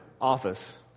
office